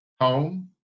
Home